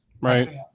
Right